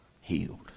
healed